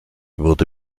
wurde